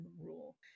rule